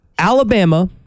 Alabama